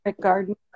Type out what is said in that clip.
garden